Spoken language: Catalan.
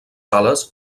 ales